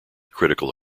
critical